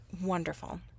wonderful